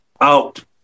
out